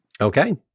Okay